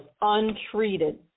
untreated